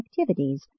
activities